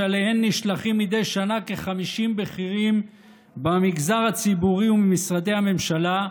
שאליהן נשלחים מדי שנה כ-50 בכירים מהמגזר הציבורי וממשרדי הממשלה,